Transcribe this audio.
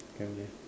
can meh